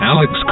Alex